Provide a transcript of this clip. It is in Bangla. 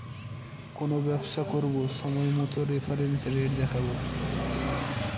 কোনো ব্যবসা করবো সময় মতো রেফারেন্স রেট দেখাবো